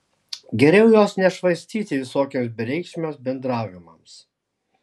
geriau jos nešvaistyti visokiems bereikšmiams bendravimams